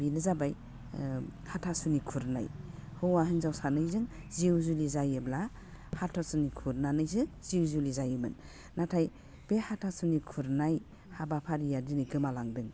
बेनो जाबाय हाथासुनि खुरनाय हौवा हिन्जाव सानैजों जिउ जुलि जायोब्ला हाथासुनि खुरनानैसो जिउ जुलि जायोमोन नाथाय बे हाथासुनि खुरनाय हाबाफारिया दिनै गोमालांदों